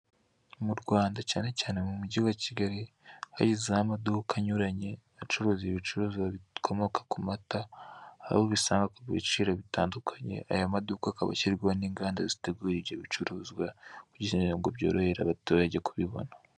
Mu Rwanda cyane cyane mu Mujyi wa Kigali, hari inzu y'amaduka anyuranye, acuruza ibicuruzwa bikomoka ku mata, aho ubisanga ku biciro bitandukanye. Aya maduka akaba ashyirwaho n'inganda zitegura ibyo bicuruzwa kugira ngo byorohere abaturage kubibona.